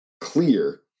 clear